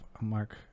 Mark